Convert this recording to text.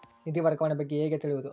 ನಿಧಿ ವರ್ಗಾವಣೆ ಬಗ್ಗೆ ಹೇಗೆ ತಿಳಿಯುವುದು?